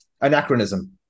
Anachronism